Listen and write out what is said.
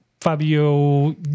Fabio